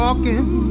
Walking